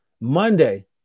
Monday